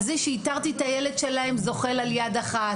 זה שאיתרתי את הילד שלהם זוחל על יד אחת,